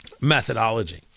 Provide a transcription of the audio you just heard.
methodology